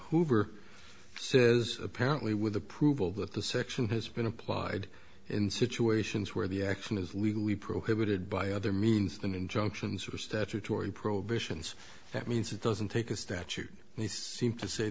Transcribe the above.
hoover says apparently with approval that the section has been applied in situations where the action is legally prohibited by other means than injunctions or statutory prohibitions that means it doesn't take a statute they seem to say